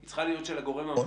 היא צריכה להיות של הגורם המתכלל.